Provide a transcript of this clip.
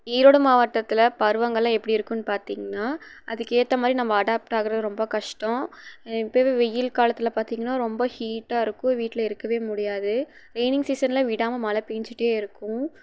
ஈரோடு மாவட்டத்தில் பருவங்கள் எப்படி இருக்கும்ன்னு பார்த்திங்ன்னா அதுக்கு ஏற்ற மாதிரி நம்ம அடாப்ட் ஆகிறது ரொம்ப கஷ்டம் இப்பவே வெயில் காலத்தில் பார்த்திங்கன்னா ரொம்ப ஹீட்டாக இருக்கும் வீட்டில் இருக்கவே முடியாது ரெயினிங் சீசனில் விடாமல் மழை பேஞ்சுட்டே இருக்கும்